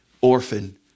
orphan